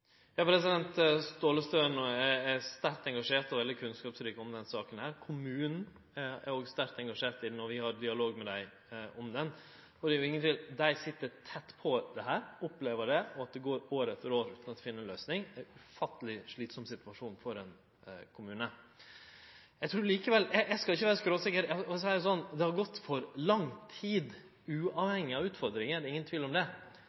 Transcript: er sterkt engasjert og veldig kunnskapsrik i denne saka. Kommunen var òg sterkt engasjert då vi hadde dialog med dei om den. Det er ingen tvil om at dei sit tett på dette og opplever at det går år etter år utan at ein finn ei løysing. Det er ein ufatteleg slitsam situasjon for ein kommune. Eg trur likevel – eg skal ikkje vere skråsikker, for å seie det sånn – at det har gått for lang tid uavhengig av utfordringa, det er ingen tvil om det.